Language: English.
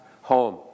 home